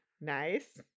nice